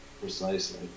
Precisely